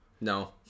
no